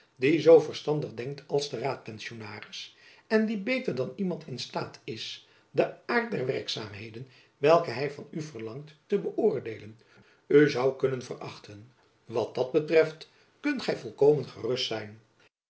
die zoo verstandig denkt als de raadpensionaris en die beter dan iemand in staat is den aart der werkzaamheden welke hy van u verlangt te beoordeelen u zoû kennen verachten wat dat betreft kunt gy volkomen gerust zijn